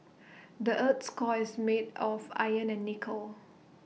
the Earth's core is made of iron and nickel